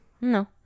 no